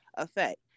effect